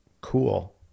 cool